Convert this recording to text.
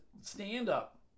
stand-up